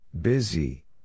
Busy